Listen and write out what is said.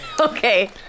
Okay